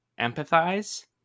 empathize